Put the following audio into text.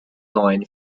neuen